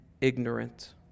ignorant